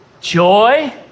joy